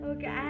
Okay